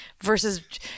versus